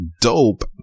dope